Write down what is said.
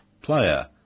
player